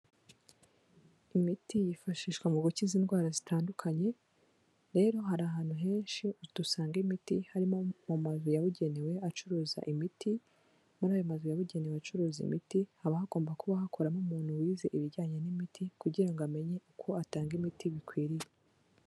Imiti yifashishwa mu gukiza indwara zitandukanye, rero hari ahantu henshi dusanga imiti harimo mu mazu yabugenewe acuruza imiti, muri ayo mazu yabugenewe acuruza imiti, haba hagomba kuba hakoramo umuntu wize ibijyanye n'imiti kugira ngo amenye uko atanga imiti bikwiriye.